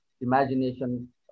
imagination